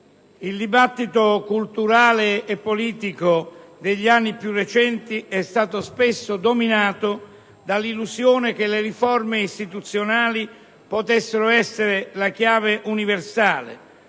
il dibattito culturale e politico degli anni più recenti è stato spesso dominato dall'illusione che le riforme istituzionali potessero essere la chiave universale,